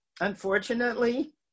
unfortunately